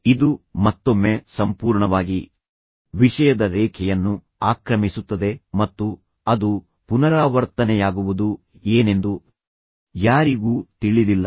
ಇದು ಮತ್ತೊಮ್ಮೆ ಸಂಪೂರ್ಣವಾಗಿ ವಿಷಯದ ರೇಖೆಯನ್ನು ಆಕ್ರಮಿಸುತ್ತದೆ ಮತ್ತು ಅದು ಪುನರಾವರ್ತನೆಯಾಗುವುದು ಏನೆಂದು ಯಾರಿಗೂ ತಿಳಿದಿಲ್ಲ